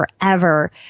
forever